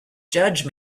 judge